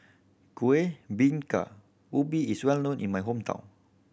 Kueh Bingka Ubi is well known in my hometown